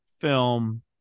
film